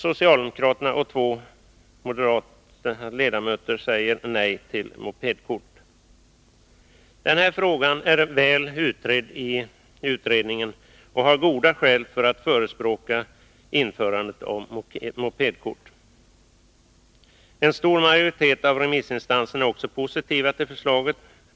Socialdemokraterna och två Den här frågan är väl utredd, och TSU har goda skäl för att förespråka införandet av mopedkort. En stor majoritet av remissinstanserna är också positiva till förslaget.